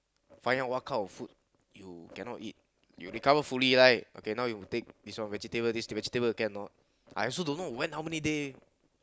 find out what kind of food you cannot eat you recover fully right okay now you take this one vegetable this vegetable cannot or not I also don't know when how many day